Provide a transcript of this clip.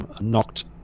knocked